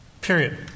period